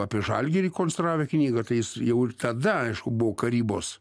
apie žalgirį konstravę knygą tai jis jau ir tada aišku buvo karybos